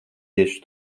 tieši